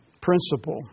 principle